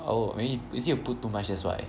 oh I mean is it you put too much that's why